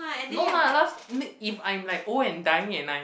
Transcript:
no lah last ne~ if I'm like old and dying and I